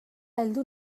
heldu